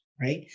right